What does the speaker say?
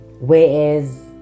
Whereas